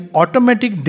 automatic